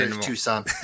Tucson